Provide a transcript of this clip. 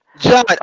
John